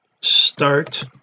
start